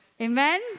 Amen